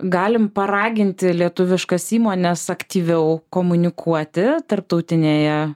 galim paraginti lietuviškas įmones aktyviau komunikuoti tarptautinėje